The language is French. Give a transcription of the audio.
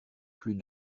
plus